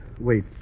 wait